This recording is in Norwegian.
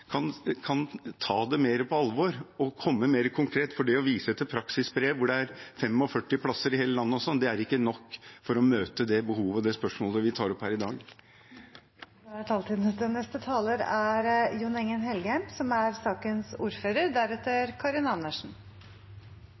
ta det mer på alvor og komme med noe mer konkret, for det å vise til praksisbrev, hvor det er 45 plasser i hele landet, det er ikke nok for å møte det behovet og det spørsmålet vi tar opp her i dag. Denne debatten har synliggjort at det ikke er noen tvil om hvor alle i denne salen vil, men som